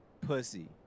pussy